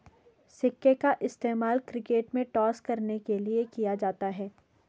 सिक्के का इस्तेमाल क्रिकेट में टॉस करने के लिए किया जाता हैं